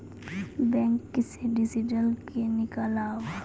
Bank से detail नीकालव?